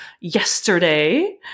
yesterday